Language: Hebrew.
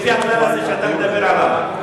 לפי הכלל הזה שאתה מדבר עליו?